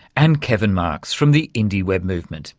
and kevin marks from the indie web movement